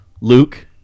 Luke